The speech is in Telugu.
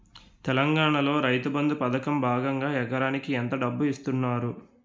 తెలంగాణలో రైతుబంధు పథకం భాగంగా ఎకరానికి ఎంత డబ్బు ఇస్తున్నారు?